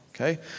okay